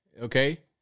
okay